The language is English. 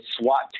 SWAT